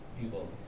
people